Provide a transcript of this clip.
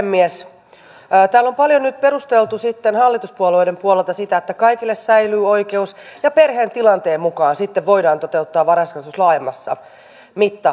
täällä on paljon nyt perusteltu sitten hallituspuolueiden puolelta sitä että kaikille säilyy oikeus ja perheen tilanteen mukaan sitten voidaan toteuttaa varhaiskasvatus laajemmassa mittakaavassa